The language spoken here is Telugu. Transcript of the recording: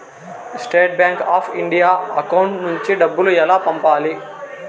State Bank of India account నుంచి డబ్బులు ఎలా పంపాలి?